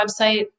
website